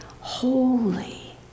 holy